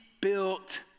built